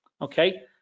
Okay